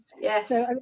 yes